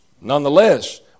Nonetheless